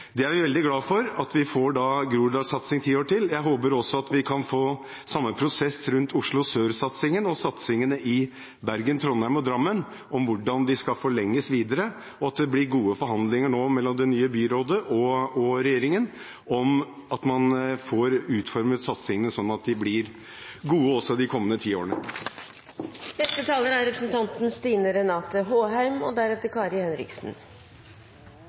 Det er vi veldig glad for, at vi får Groruddalen-satsing i ti år til. Jeg håper at vi også kan få samme prosess rundt Oslo Sør-satsingen og satsingene i Bergen, Trondheim og Drammen, om hvordan de skal forlenges videre, og at det nå blir gode forhandlinger mellom det nye byrådet og regjeringen om å få utformet satsingene slik at de blir gode også de kommende ti årene. Vi har en del utfordringer i landet vårt, utfordringer som krever at noen tar ansvar, men regjeringspartiene i denne sal er